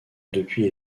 depuis